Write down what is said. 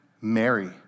Mary